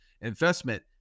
investment